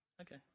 Okay